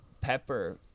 Pepper